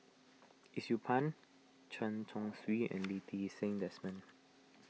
Yee Siew Pun Chen Chong Swee and Lee Ti Seng Desmond